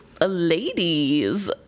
Ladies